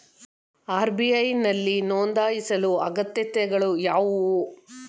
RBI ನಲ್ಲಿ ನೊಂದಾಯಿಸಲು ಅಗತ್ಯತೆಗಳು ಯಾವುವು?